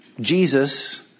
Jesus